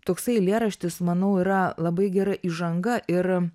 toksai eilėraštis manau yra labai gera įžanga ir